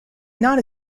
not